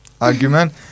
argument